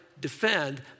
defend